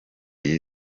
iyi